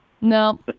No